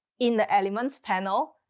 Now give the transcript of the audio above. in the elements panel,